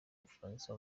bufaransa